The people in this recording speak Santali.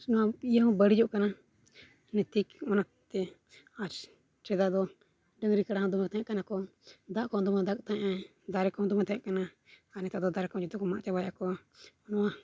ᱱᱚᱣᱟ ᱤᱭᱟᱹᱦᱚᱸ ᱵᱟᱹᱲᱤᱡᱚᱜ ᱠᱟᱱᱟ ᱱᱤᱛᱤᱠ ᱚᱱᱟᱛᱮ ᱟᱨ ᱥᱮᱫᱟᱭ ᱫᱚ ᱰᱟᱹᱝᱨᱤ ᱠᱟᱲᱟ ᱦᱚᱸ ᱫᱚᱢᱮ ᱛᱟᱦᱮᱸᱠᱟᱱᱟ ᱠᱚ ᱫᱟᱜ ᱠᱚᱦᱚᱸ ᱫᱚᱢᱮ ᱫᱟᱜ ᱛᱟᱦᱮᱱᱮᱭ ᱫᱟᱨᱮ ᱠᱚᱦᱚᱸ ᱫᱚᱢᱮ ᱛᱟᱦᱮᱸᱠᱟᱱᱟ ᱟᱨ ᱱᱮᱛᱟᱨ ᱫᱚ ᱫᱟᱨᱮ ᱠᱚᱦᱚᱸ ᱡᱚᱛᱚ ᱠᱚ ᱢᱟᱜ ᱪᱟᱵᱟᱭᱮᱫᱟ ᱠᱚ ᱱᱚᱣᱟ